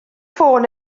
ffôn